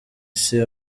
see